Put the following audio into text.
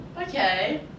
Okay